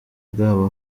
bwabo